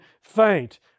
faint